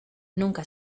nunca